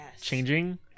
changing